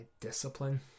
discipline